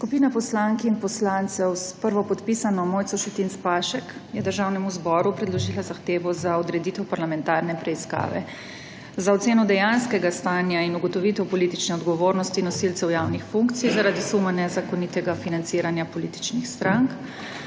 Skupina poslank in poslancev, s prvopodpisano Mojco Šetinc Pašek je Državnemu zboru predložila zahtevo za odreditev parlamentarne preiskave za oceno dejanskega stanja in ugotovitev politične odgovornosti nosilcev javnih funkcij zaradi suma nezakonitega financiranja političnih strank